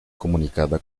comunicada